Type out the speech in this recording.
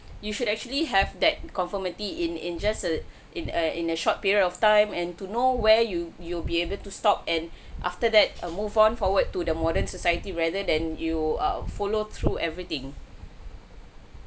you should actually have that conformity in in just a in a in a short period of time and to know where you you'll be able to stop and after that err move on forward to the modern society rather than you err follow through everything